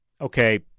okay